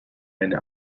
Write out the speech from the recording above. eine